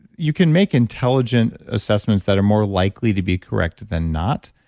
you can make intelligent assessments that are more likely to be corrected then not,